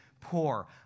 poor